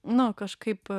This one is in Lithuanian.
nu kažkaip